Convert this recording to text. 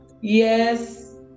Yes